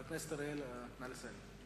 חבר הכנסת אריאל, נא לסיים.